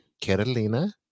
Carolina